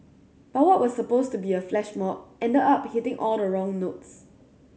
but what was supposed to be a flash mob ended up hitting all the wrong notes